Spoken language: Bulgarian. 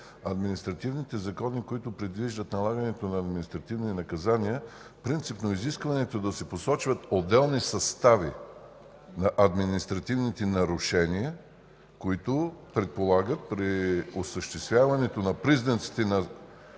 административните закони, които предвиждат налагането на административни наказания, принципно е изискването да се посочват отделни състави на административните нарушения, които при осъществяването на признаците на